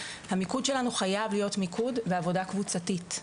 המיקוד שלנו חייב להיות מיקוד ועבודה קבוצתית.